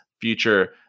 future